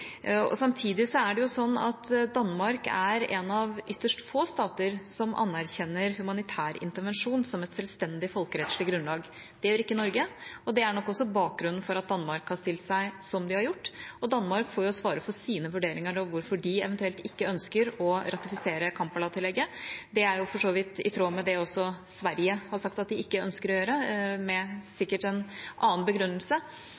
Samtidig er Danmark én av ytterst få stater som anerkjenner humanitær intervensjon som et selvstendig folkerettslig grunnlag. Det gjør ikke Norge. Det er nok også bakgrunnen for at Danmark har stilt seg som de har gjort. Danmark får svare for sine vurderinger av hvorfor de eventuelt ikke ønsker å ratifisere Kampala-tillegget. Det er for så vidt også i tråd med det som Sverige har sagt at de ikke ønsker å gjøre, sikkert med en annen begrunnelse.